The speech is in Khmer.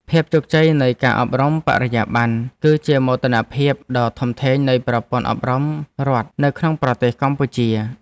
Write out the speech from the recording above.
ភាពជោគជ័យនៃការអប់រំបរិយាបន្នគឺជាមោទនភាពដ៏ធំធេងនៃប្រព័ន្ធអប់រំរដ្ឋនៅក្នុងប្រទេសកម្ពុជា។